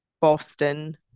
Boston